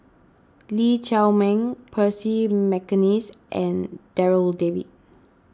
Lee Chiaw Meng Percy McNeice and Darryl David